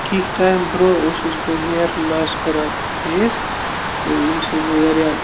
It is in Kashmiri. کیٚنٛہہ ٹایم برٛونٛہہ اوسُس بہٕ ہِیَر لاس کَران فیس تہٕ ییٚمہِ سۭتۍ بہٕ واریاہ